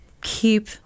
keep